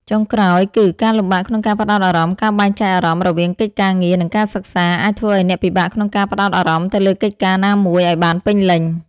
ចុងក្រោយ គឺ ការលំបាកក្នុងការផ្តោតអារម្មណ៍ ការបែងចែកអារម្មណ៍រវាងកិច្ចការងារ និងការសិក្សា អាចធ្វើឱ្យអ្នកពិបាកក្នុងការផ្តោតអារម្មណ៍ទៅលើកិច្ចការណាមួយឱ្យបានពេញលេញ។